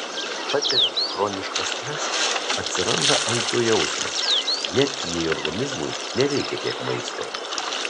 patiriant chronišką stresą atsiranda alkio jausmas netgi jei organizmui nereikia tiek maisto